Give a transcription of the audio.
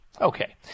Okay